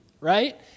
right